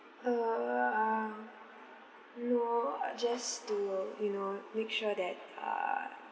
uh um no just to you know make sure that uh